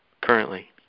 currently